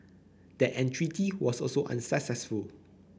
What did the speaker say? that entreaty was also unsuccessful